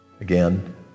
again